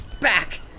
Back